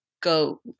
Go